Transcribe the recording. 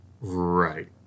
right